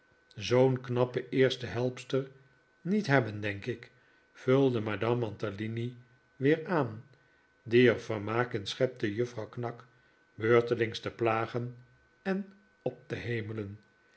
zoo'n knappe eerste helpster niet hebben denk ik vulde madame mantalini weer aan die er vermaak in schepte juffrouw knag beurtelings te plagen en op te hemelen